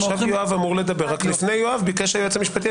עכשיו יואב אמור לדבר אבל לפני יואב ביקש היועץ המשפטי.